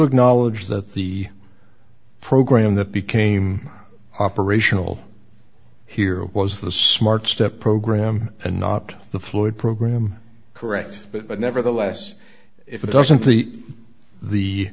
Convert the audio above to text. acknowledge that the program that became operational here was the smart step program and not the floyd program correct but nevertheless if it doesn't the the